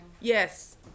Yes